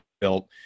built